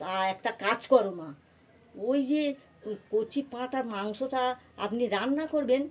তা একটা কাজ কর মা ওই যে কচি পাঁঠার মাংসটা আপনি রান্না করবেন